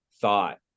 thought